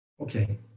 Okay